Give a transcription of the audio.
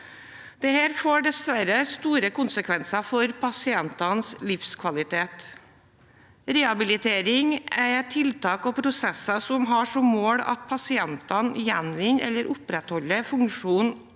Dette får dessverre store konsekvenser for pasientenes livskvalitet. Rehabilitering er tiltak og prosesser som har som mål at pasientene gjenvinner eller opprettholder funksjons-